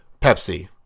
Pepsi